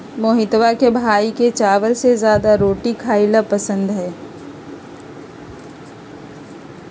मोहितवा के भाई के चावल से ज्यादा रोटी खाई ला पसंद हई